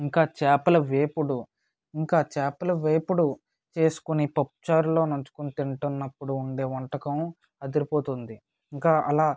ఇంకా చేపల వేపుడు ఇంకా చేపల వేపుడు చేసుకోని పప్పుచారులో నంచుకుని తింటున్నప్పుడు ఉండే వంటకం అదిరిపోతుంది ఇంకా అలా